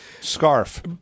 scarf